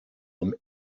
them